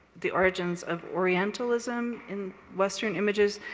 the origins of orientalism in western images,